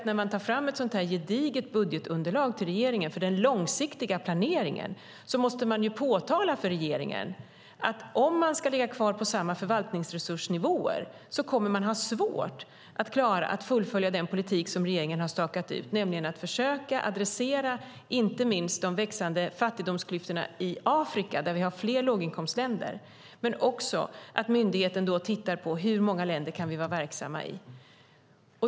När man tar fram ett så gediget budgetunderlag till regeringen för den långsiktiga planeringen måste man påtala för regeringen att om man ska ligga kvar på samma förvaltningsresursnivåer kommer man att ha svårt att fullfölja den politik som regeringen har stakat ut, nämligen att försöka adressera inte minst de växande fattigdomsklyftorna i Afrika, där vi har fler låginkomstländer, samtidigt som myndigheten också tittar på hur många länder vi kan vara verksamma i.